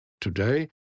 Today